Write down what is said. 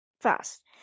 fast